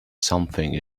something